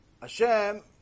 Hashem